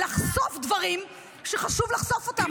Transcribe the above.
לחשוף דברים שחשוב לחשוף אותם.